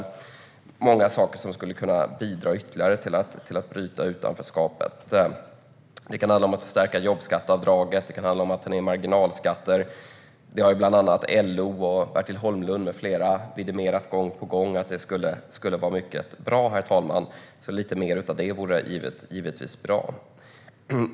Det finns många saker som ytterligare skulle kunna bidra till att bryta utanförskapet. Det kan handla om att förstärka jobbskatteavdraget eller om att ta ned marginalskatter. Att detta skulle vara mycket bra har bland andra LO, Bertil Holmlund med flera vidimerat gång på gång, så lite mer av detta vore givetvis bra.